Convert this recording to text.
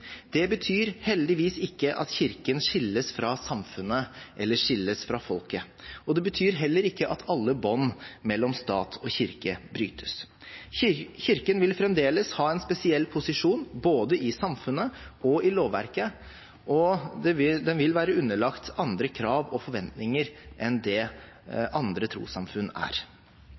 Det betyr heldigvis ikke at Kirken skilles fra samfunnet eller skilles fra folket. Det betyr heller ikke at alle bånd mellom stat og kirke brytes. Kirken vil fremdeles ha en spesiell posisjon både i samfunnet og i lovverket, og den vil være underlagt andre krav og forventninger enn det andre trossamfunn er.